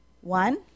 One